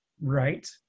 right